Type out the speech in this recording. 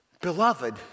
Beloved